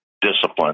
discipline